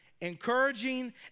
encouraging